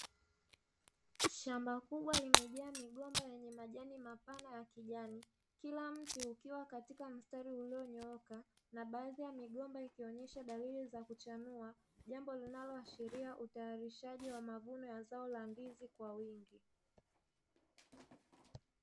Shamba kubwa limejaa migomba yenye majani mapana ya kijani, kila mti ukiwa katika mstari ulionyooka na baadhi ya migomba ikionyesha dalili za kuchanua, jambo linaloashiria utayarishaji wa mavuno ya zao la ndizi kwa kwa wingi.